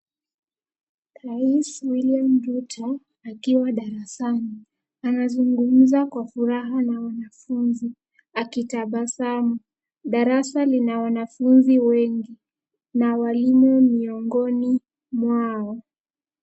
Rais William Ruto, akiwa darasani. Anazungumza kwa furaha na wanafunzi, akitabasamu. Darasa lina wanafunzi wengi na walimu miongoni mwao.